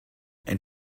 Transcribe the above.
and